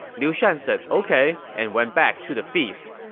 liu shan said ok and went back to the feast.